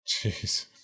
Jeez